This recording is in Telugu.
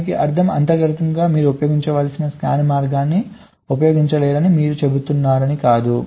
దాని అర్థం అంతర్గతంగా మీరు ఉపయోగించగల స్కాన్ మార్గాన్ని ఉపయోగించలేరని మీరు చెబుతున్నారని కాదు